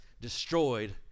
destroyed